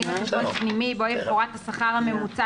דין וחשבון פנימי בו יפורט השכר הממוצע